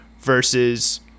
versus